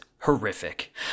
horrific